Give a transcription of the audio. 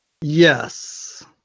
Yes